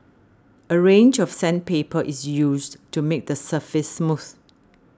a range of sandpaper is used to make the surface smooth